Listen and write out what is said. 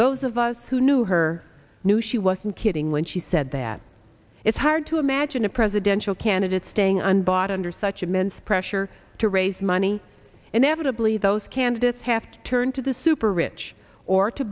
those of us who knew her knew she wasn't kidding when she said that it's hard to imagine a presidential candidate staying and bought under such immense pressure to raise money inevitably those candidates have to turn to the super rich or to